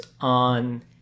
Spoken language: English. on